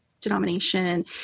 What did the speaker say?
denomination